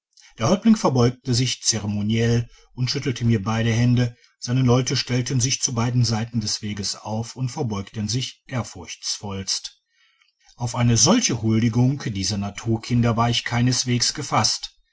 der häuptling verbeugte sich zeremoniell und schüttelte mir beide hände seine leute stellten sich zu beiden seiten des weges auf und verbeugten sich ehrfurchtsvollst auf eine solche huldigung dieser naturkinder war ich keineswegs gefasst